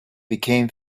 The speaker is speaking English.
became